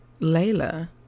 Layla